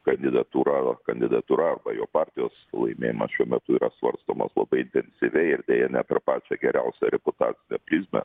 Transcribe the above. kandidatūra kandidatūra arba jo partijos laimėjimas šiuo metu yra svarstomas labai intensyviai ir deja ne per pačią geriausią reputacinę prizmę